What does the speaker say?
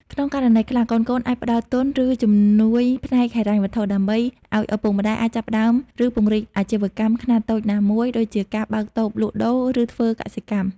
ក្នុងករណីខ្លះ កូនៗអាចផ្ដល់ទុន ឬជំនួយផ្នែកហិរញ្ញវត្ថុ ដើម្បីឱ្យឪពុកម្ដាយអាចចាប់ផ្តើម ឬពង្រីកអាជីវកម្មខ្នាតតូចណាមួយ ដូចជាការបើកតូបលក់ដូរ ឬធ្វើកសិកម្ម។